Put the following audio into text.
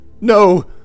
no